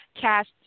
Cast